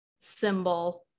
symbol